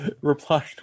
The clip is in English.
replied